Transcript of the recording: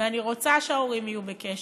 ואני רוצה שההורים יהיו בקשר.